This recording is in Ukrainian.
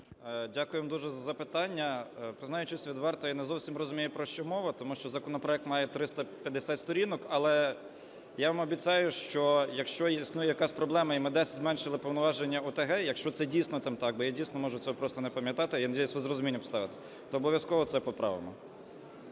Дякуємо дуже за запитання. Признаючись відверто, я не зовсім розумію, про що мова, тому що законопроект має 350 сторінок. Але я вам обіцяю, що якщо існує якась проблема, і ми зменшили повноваження ОТГ, якщо це, дійсно, там так, бо я, дійсно, можу це просто не пам'ятати, я надеюсь, ви із розумінням ставитесь, то обов'язково це поправимо.